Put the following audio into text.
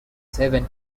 seven